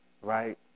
right